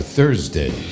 Thursday